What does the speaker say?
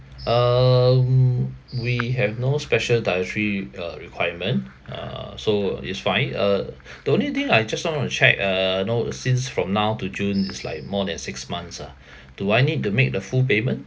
um we have no special dietary uh requirement uh so it's fine uh the only thing I just want to check uh know since from now to june it's like more than six months ah do I need to make the full payment